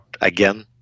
again